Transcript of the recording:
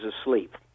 asleep